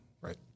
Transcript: Right